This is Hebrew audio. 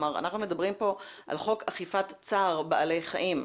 אנחנו מדברים פה על חוק אכיפת צער בעלי חיים.